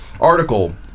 article